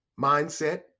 mindset